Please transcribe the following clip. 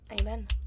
Amen